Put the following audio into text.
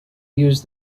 use